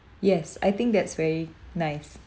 yes I think that's very nice